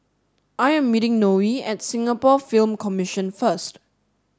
I am meeting Noe at Singapore Film Commission first